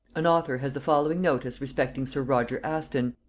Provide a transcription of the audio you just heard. an author has the following notice respecting sir roger aston,